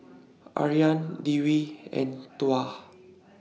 Aryan Dwi and Tuah